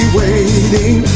waiting